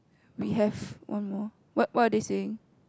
we have one more what what are they saying